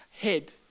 head